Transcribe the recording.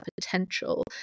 potential